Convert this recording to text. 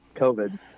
COVID